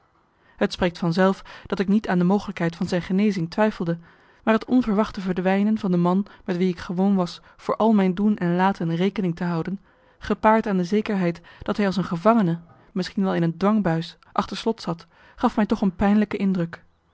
het spreekt van zelf dat ik niet aan de mogelijkheid van zijn genezing twijfelde maar het onverwachte verdwijnen van de man met wie ik gewoon was voor al mijn doen en laten rekening te houden gepaard aan de zekerheid dat hij als een gevangene misschien wel in een dwangbuis achter slot zat gaf mij toch een pijnlijke indruk